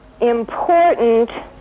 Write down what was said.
important